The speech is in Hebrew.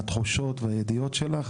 מהתחושות והידיעות שלך,